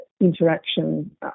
Interaction